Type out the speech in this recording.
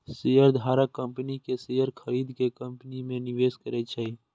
शेयरधारक कंपनी के शेयर खरीद के कंपनी मे निवेश करै छै